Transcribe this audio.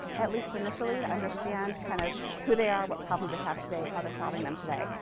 at least initially, to understand kind of who they are, what problems they have today, how they're solving them today.